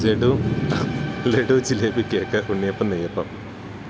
ജഡു laddu jalebi cake ഉണ്ണിയപ്പം നെയ്യപ്പം